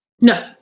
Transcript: No